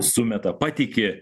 sumeta patiki